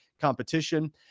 competition